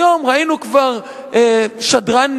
היום ראינו כבר שדרן,